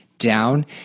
down